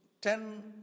ten